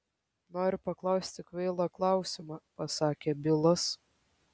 noriu paklausti kvailą klausimą pasakė bilas